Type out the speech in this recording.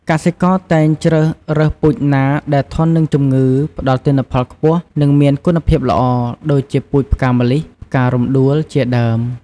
កសិករតែងជ្រើសរើសពូជណាដែលធន់នឹងជំងឺ ផ្ដល់ទិន្នផលខ្ពស់ និងមានគុណភាពល្អ ដូចជាពូជផ្កាម្លិះ ផ្ការំដួល ជាដើម។